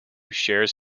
shares